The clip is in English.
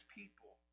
people